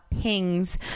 pings